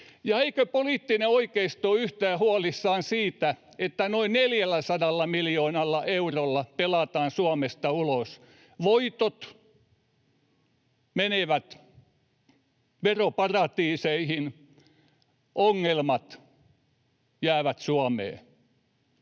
Eikö poliittinen oikeisto yhtään ole huolissaan siitä, että noin 400 miljoonalla eurolla pelataan Suomesta ulos? Voitot menevät veroparatiiseihin, ongelmat jäävät Suomeen.